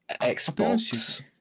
Xbox